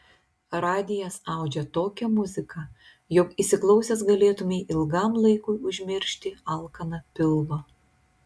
radijas audžia tokią muziką jog įsiklausęs galėtumei ilgam laikui užmiršti alkaną pilvą